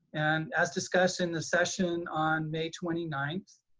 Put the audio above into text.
and as discussed in the session on may twenty ninth,